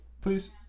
Please